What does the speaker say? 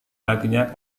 lakinya